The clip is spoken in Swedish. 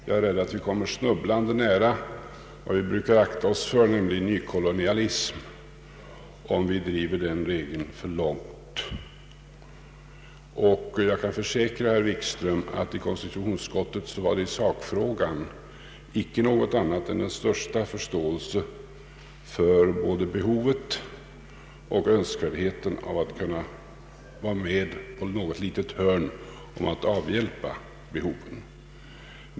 Jag är rädd för att vi kommer snubblande nära vad vi brukar akta oss för, nämligen nykolonialism, om vi driver den regeln för långt. Jag kan försäkra herr Wikström att det i konstitutionsutskottet i sakfrågan icke fanns annat än den största förståelse för både behovet och önskvärdheten av att kunna vara med på något litet hörn för att avhjälpa behoven.